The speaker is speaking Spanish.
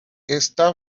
está